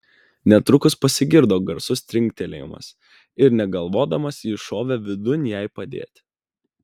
netrukus pasigirdo garsus trinktelėjimas ir negalvodamas jis šovė vidun jai padėti